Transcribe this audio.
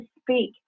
speak